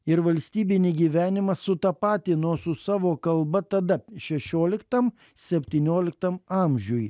ir valstybinį gyvenimą sutapatino su savo kalba tada šešioliktam septynioliktam amžiuj